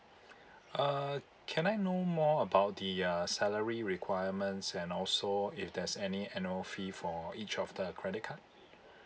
uh can I know more about the uh salary requirements and also if there's any annual fee for each of the credit card